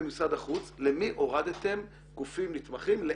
ממשרד החוץ, לאיזה גופים נתמכים הורדתם לאפס.